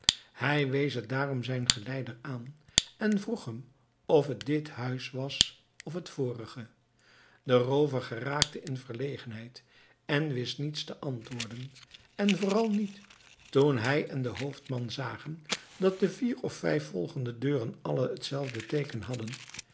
hij wees het daarom zijn geleider aan en vroeg hem of het dit huis was of het vorige de roover geraakte in verlegenheid en wist niets te antwoorden en vooral niet toen hij en de hoofdman zagen dat de vier of vijf volgende deuren alle hetzelfde teeken hadden